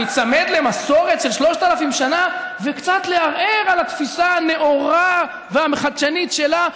להיצמד למסורת של 3,000 שנה וקצת לערער על התפיסה הנאורה והחדשנית שלה,